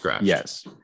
Yes